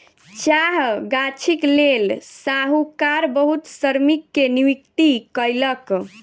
चाह गाछीक लेल साहूकार बहुत श्रमिक के नियुक्ति कयलक